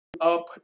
up